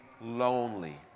lonely